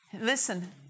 Listen